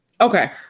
Okay